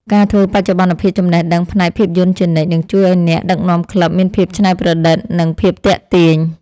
ការធ្វើបច្ចុប្បន្នភាពចំណេះដឹងផ្នែកភាពយន្តជានិច្ច នឹងជួយឱ្យអ្នកដឹកនាំក្លឹបមានភាពច្នៃប្រឌិត និងភាពទាក់ទាញ។